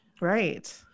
right